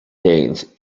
gains